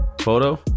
photo